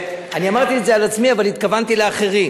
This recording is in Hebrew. אני אמרתי את זה על עצמי אבל התכוונתי לאחרים.